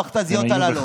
המכת"זיות הללו.